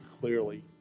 clearly